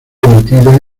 emitida